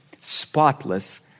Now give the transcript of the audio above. spotless